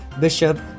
Bishop